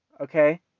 Okay